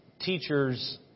Teachers